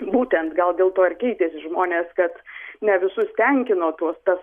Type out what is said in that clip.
būtent gal dėl to ir keitėsi žmonės kad ne visus tenkino tuos tas